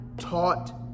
Taught